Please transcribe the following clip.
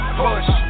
push